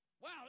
wow